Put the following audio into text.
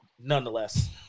nonetheless